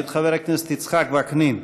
מאת חבר הכנסת יצחק וקנין.